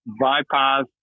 bypass